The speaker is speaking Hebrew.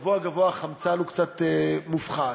גבוה-גבוה החמצן קצת מופחת.